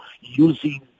using